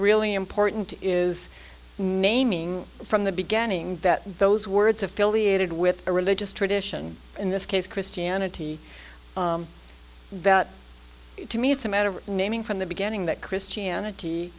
really important is naming from the beginning that those words affiliated with a religious tradition in this case christianity that to me it's a matter of naming from the beginning that christianity